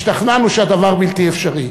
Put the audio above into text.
השתכנענו שהדבר בלתי אפשרי.